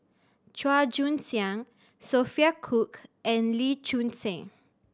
Chua Joon Siang Sophia Cooke and Lee Choon Seng